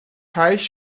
teich